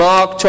Mark